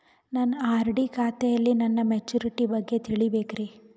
ನನ್ನ ಆರ್.ಡಿ ಖಾತೆಯಲ್ಲಿ ನನ್ನ ಮೆಚುರಿಟಿ ಬಗ್ಗೆ ತಿಳಿಬೇಕ್ರಿ